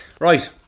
Right